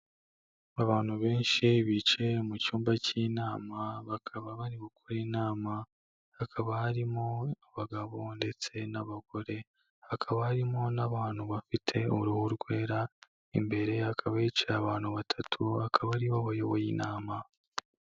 Abantu benshi bicaye mu cyumba cy'inama, bakaba bari gukora inama, hakaba harimo abagabo ndetse n'abagore hakaba harimo n'abantu bafite uruhu rwera, imbere akaba yicaye abantu batatu, akaba aribo bayoboye inama.